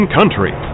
Country